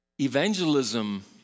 Evangelism